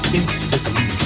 instantly